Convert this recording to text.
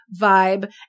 vibe